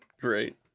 Great